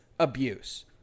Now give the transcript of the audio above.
Abuse